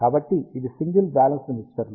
కాబట్టి ఇది single balanced మిక్సర్లు